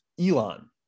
Elon